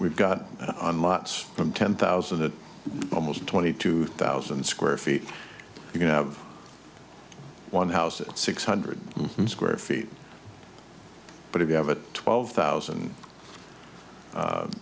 we've got an lots from ten thousand that almost twenty two thousand square feet you can have one house at six hundred square feet but if you have a twelve thousand